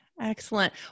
Excellent